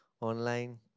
online